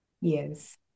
Yes